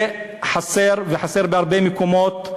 זה חסר, וחסר בהרבה מקומות.